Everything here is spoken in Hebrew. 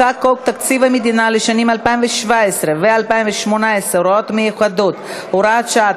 הצעת חוק תקציב המדינה לשנים 2017 ו-2018 (הוראות מיוחדות) (הוראת שעה),